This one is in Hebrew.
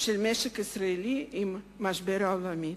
של המשק הישראלי עם המשבר העולמי.